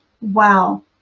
wow